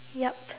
yup